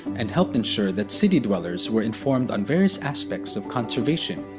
and helped ensure that city-dwellers were informed on various aspects of conservation.